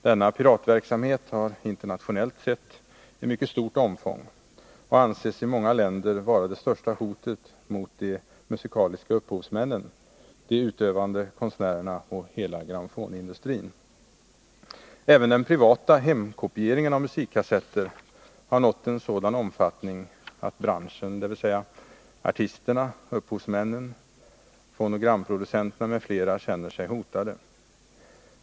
Denna piratverksamhet har internationellt sett ett mycket stort omfång och anses i många länder vara det största hotet mot de musikaliska upphovsmännen, de utövande konstnärerna och hela grammofonindustrin. Även den privata hemkopieringen av musikkassetter har nått en sådan omfattning att branschen — dvs. artisterna, upphovsmännen, fonogramproducenterna m.fl. — känner sig hotad.